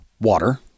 water